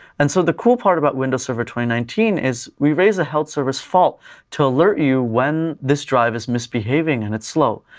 and so the cool part about windows server two thousand and nineteen is we raise a health service fault to alert you when this drive is misbehaving and it's slow.